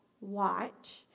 watch